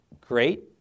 great